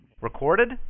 Recorded